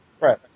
Right